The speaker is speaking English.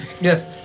Yes